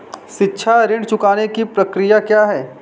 शिक्षा ऋण चुकाने की प्रक्रिया क्या है?